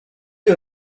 you